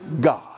God